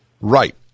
Right